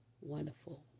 wonderful